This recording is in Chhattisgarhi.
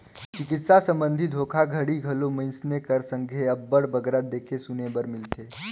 चिकित्सा संबंधी धोखाघड़ी घलो मइनसे कर संघे अब्बड़ बगरा देखे सुने बर मिलथे